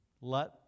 Let